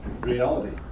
Reality